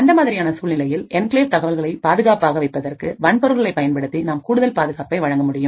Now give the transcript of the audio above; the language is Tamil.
அந்த மாதிரியான சூழ்நிலையில்என்கிளேவ் தகவல்களை பாதுகாப்பாக வைப்பதற்கு வன்பொருட்களை பயன்படுத்தி நாம் கூடுதல் பாதுகாப்பை வழங்க முடியும்